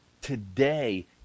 Today